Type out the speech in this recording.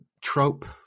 trope